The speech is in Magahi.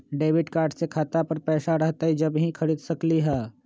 डेबिट कार्ड से खाता पर पैसा रहतई जब ही खरीद सकली ह?